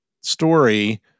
story